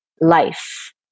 life